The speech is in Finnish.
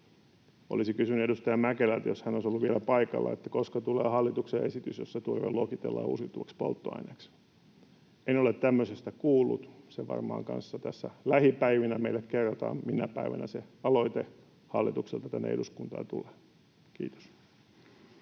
Olisin kysynyt edustaja Mäkelältä, jos hän olisi ollut vielä paikalla, koska tulee hallituksen esitys, jossa turve luokitellaan uusiutuvaksi polttoaineeksi. En ole tämmöisestä kuullut, ja se varmaan kanssa tässä lähipäivinä meille kerrotaan, minä päivänä se aloite hallitukselta tänne eduskuntaan tulee. — Kiitos.